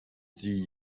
sie